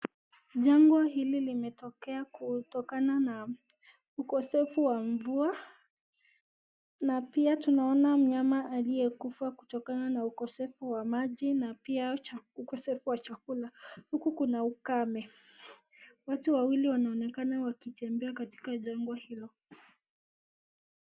Janga hili limetokea kutokana na ukosefu wa mvua, na pia tunaona mnyama aliyekufa kutokana na ukosefu wa maji na pia ukosefu wa chakula. Huku kuna ukame. Watu wawili wanaonekana wakitembea katika janga hilo.